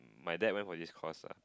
my dad went for this course ah